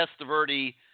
Testaverde